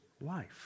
life